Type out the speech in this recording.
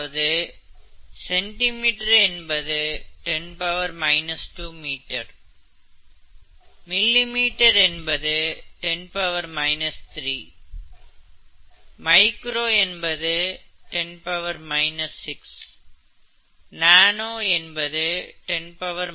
அதாவது சென்டிமீட்டர் என்பது 10 2 metre millimetre என்பது 10 3 மைக்ரோ என்பது 10 6 நேனோ என்பது 10 9